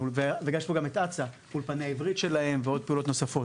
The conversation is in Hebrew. ויש פה גם את --- אולפני העברית שלהם ועוד פעולות נוספות.